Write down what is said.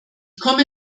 komme